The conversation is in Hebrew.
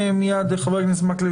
חבר הכנסת מקלב,